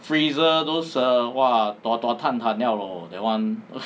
freezer those err !wah! dua dua tan tan liao loh that one